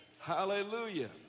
Hallelujah